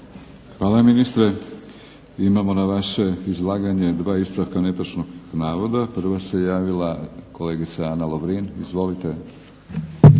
Hvala ministre. Imamo na vaše izlaganje dva ispravka netočnog navoda. Prva se javila kolegica Ana Lovrin. Izvolite.